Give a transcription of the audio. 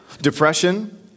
depression